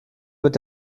mit